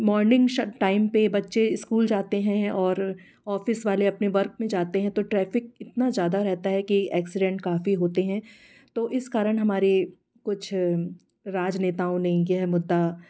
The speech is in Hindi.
मॉर्निंग टाइम पे बच्चे इस्कूल जाते हैं और ऑफ़िस वाले अपने वर्क में जाते हैं तो ट्रैफ़िक इतना ज़्यादा रहता है कि एक्सीडेंट काफ़ी होते हैं तो इस कारण हमारे कुछ राजनेताओं ने यह मुद्दा